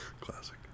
Classic